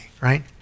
right